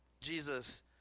Jesus